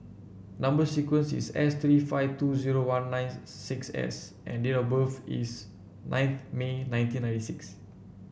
number sequence is S thirty five two zero one nines six S and date of birth is ninth May nineteen ninety six